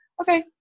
okay